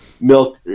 milk